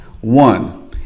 one